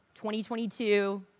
2022